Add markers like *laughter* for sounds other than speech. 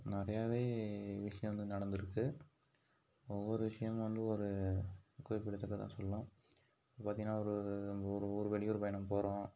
நிறையவே விஷயங்கள் நடந்திருக்கு ஒவ்வொரு விஷயமும் வந்து ஒரு குறிப்பிடத்தக்கது தான் சொல்லாம் இப்போ பார்த்திங்கன்னா ஒரு *unintelligible* நம்ம ஒரு வெளியூர் பயணம் போகிறோம்